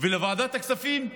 ולוועדת הכספים,